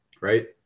Right